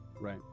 Right